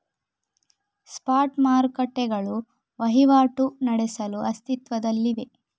spot ಮಾರುಕಟ್ಟೆಗಳು ವಹಿವಾಟು ನಡೆಸಲು ಅಸ್ತಿತ್ವದಲ್ಲಿವೆ